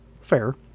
Fair